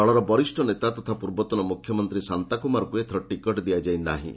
ଦଳର ବରିଷ୍ଣ ନେତା ତଥା ପୂର୍ବତନ ମୁଖ୍ୟମନ୍ତ୍ରୀ ସାନ୍ତା କୁମାରଙ୍କୁ ଏଥର ଟିକେଟ୍ ଦିଆଯାଇ ନାହିଁ